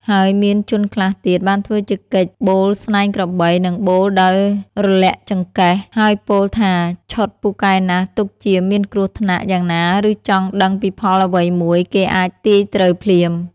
ហើយមានជនខ្លះទៀតបានធ្វើជាកិច្ចបូលស្នែងក្របីនិងបូលដោយរលាក់ចង្កេះ ហើយពោលថាឆុតពូកែណាស់ទុកជាមានគ្រោះថ្នាក់យ៉ាងណាឬចង់ដឹងពីផលអ្វីមួយ គេអាចទាយត្រូវភ្លាម ។